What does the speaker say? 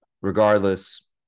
regardless